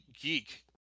geek